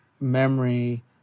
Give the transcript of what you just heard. memory